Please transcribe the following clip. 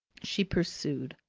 she pursued,